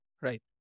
Right